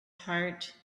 heart